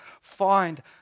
find